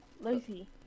Lucy